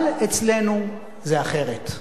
אבל אצלנו זה אחרת.